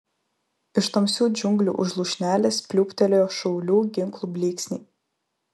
iš tamsių džiunglių už lūšnelės pliūptelėjo šaulių ginklų blyksniai